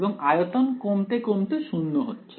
এবং আয়তন কমতে কমতে শূন্য হচ্ছে